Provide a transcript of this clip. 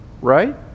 right